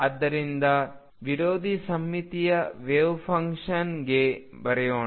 ಆದ್ದರಿಂದ ವಿರೋಧಿ ಸಮ್ಮಿತೀಯ ವೆವ್ಫಂಕ್ಷನ್ಗೆ ಬರೆಯೋಣ